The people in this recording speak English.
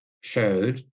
showed